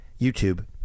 YouTube